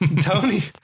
Tony